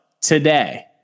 today